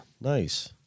nice